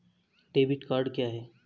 Debit card क्या है?